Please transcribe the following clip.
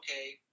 okay